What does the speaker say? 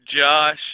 josh